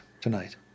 tonight